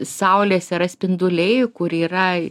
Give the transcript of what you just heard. saulės yra spinduliai kur yra